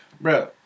Bro